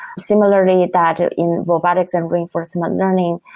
similarly, that in robotics and reinforcement learning,